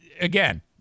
again